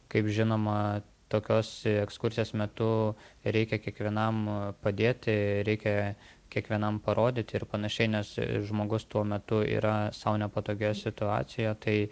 kaip žinoma tokios ekskursijos metu reikia kiekvienam padėti reikia kiekvienam parodyt ir panašiai nes žmogus tuo metu yra sau nepatogioje situacijoje tai